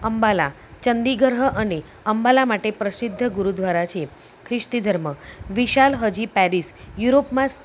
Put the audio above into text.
અંબાલા ચંદીગરહ અને અંબાલા માટે પ્રસિધ્ધ ગુરુદ્વારા છે ખ્રિસ્તી ધર્મ વિશાલહજી પેરિસ યૂરોપમાં